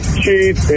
cheese